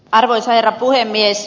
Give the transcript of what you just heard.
arvoisa herra puhemies